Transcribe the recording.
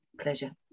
pleasure